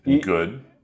Good